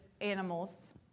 animals